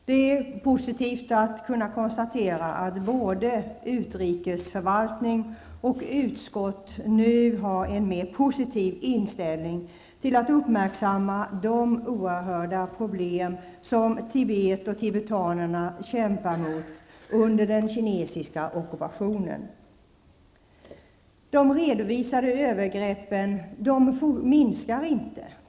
Herr talman! Det är glädjande att både utrikesförvaltningen och utrikesutskottet nu har en mera positiv inställning när det gäller att uppmärksamma de oerhört stora problem som Tibet och tibetanerna har att kämpa med under den kinesiska ockupationen. Antalet redovisade övergrepp minskar inte.